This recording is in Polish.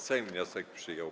Sejm wniosek przyjął.